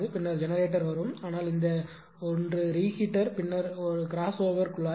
பின்னர் ஜெனரேட்டர் வரும் ஆனால் இந்த 1 ரீஹீட்டர் பின்னர் கிராஸ்ஓவர் குழாய்